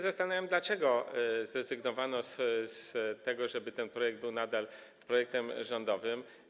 Zastanawiam się, dlaczego zrezygnowano z tego, żeby ten projekt był nadal projektem rządowym.